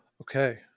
Okay